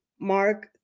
Mark